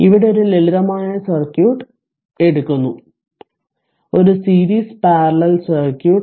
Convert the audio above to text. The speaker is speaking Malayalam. ഇവിടെ ഒരു ലളിതമായ സർക്യൂട്ട് എടുക്കുന്നു ഒരു സീരീസ് പാരലൽ സർക്യൂട്ട്